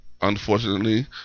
Unfortunately